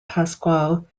pascual